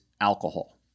alcohol